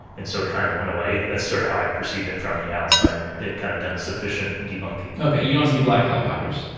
and so it kind of went away. that's sort of how i perceived it from the outside. kind of done sufficient debunking okay, you don't see black helicopters?